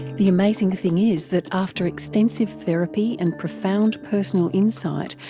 the amazing thing is that after extensive therapy and profound personal insight,